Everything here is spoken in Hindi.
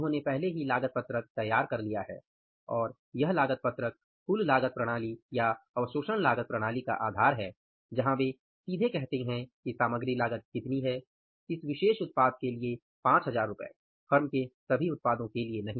उन्होंने पहले ही लागत पत्रक तैयार कर लिया है और यह लागत पत्रक कुल लागत प्रणाली या अवशोषण लागत प्रणाली का आधार है जहां वे सीधे कहते हैं कि सामग्री लागत कितनी है इस विशेष उत्पाद के लिए 5000 रु फर्म के सभी उत्पादों के लिए नहीं